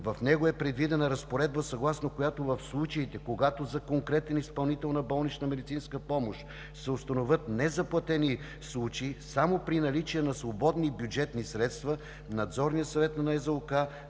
В него е предвидена разпоредба, съгласно която в случаите, когато за конкретен изпълнител на болнична медицинска помощ се установят незаплатени случаи само при наличие на свободни бюджетни средства, Надзорният съвет на НЗОК